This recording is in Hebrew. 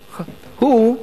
הוא,